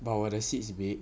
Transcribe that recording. but was the seeds big